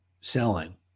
selling